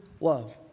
love